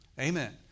Amen